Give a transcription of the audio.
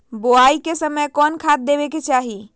बोआई के समय कौन खाद देवे के चाही?